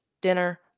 dinner